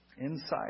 insight